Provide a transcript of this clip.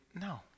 No